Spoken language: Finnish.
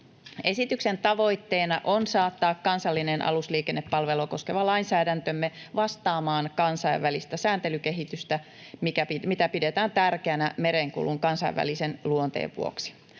Esityksen tavoitteena on saattaa kansallinen alusliikennepalvelua koskeva lainsäädäntömme vastaamaan kansainvälistä sääntelykehitystä, mitä pidetään tärkeänä merenkulun kansainvälisen luonteen vuoksi.